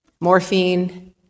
Morphine